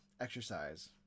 exercise